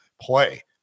play